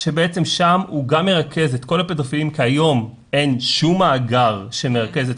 בעצם שם הוא מרכז את כל הפדופילים כי היום אין שום מאגר שמרכז את